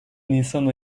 nisan